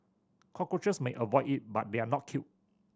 cockroaches may avoid it but they are not killed